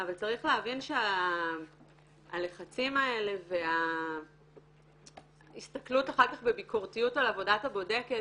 אבל צריך להבין שהלחצים האלה וההסתכלות והביקורתיות על עבודת הבודקת,